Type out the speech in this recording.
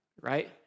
right